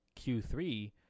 q3